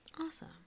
Awesome